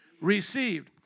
Received